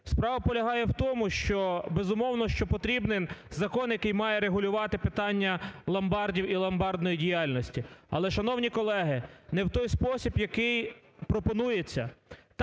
Справа полягає в тому, що, безумовно, що потрібен закон, який має регулювати питання ломбардів і ломбардної діяльності. Але, шановні колеги, не в той спосіб, який пропонується.